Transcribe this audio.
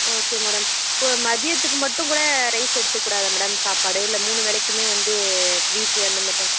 okay madam இப்போது மதியத்துக்கு மட்டும் கூட ரைஸ் எடுத்துக்கக் கூடாதா மேடம் சாப்பாடு இல்லை மூணு வேளைக்குமே வந்து வீட்டு அந்தமாதிரிதான்